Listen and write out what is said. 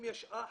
אם יש אח,